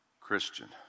Christian